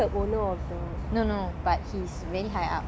like manager and above lah like is it he a owner also